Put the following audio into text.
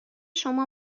شما